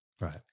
right